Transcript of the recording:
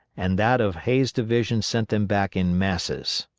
and that of hays' division sent them back in masses.